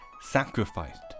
sacrificed